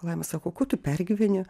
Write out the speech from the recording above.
laima sako ko tu pergyveni